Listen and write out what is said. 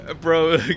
Bro